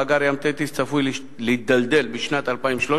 מאגר "ים תטיס" צפוי להידלדל בשנת 2013,